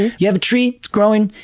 you have a tree, it's growing,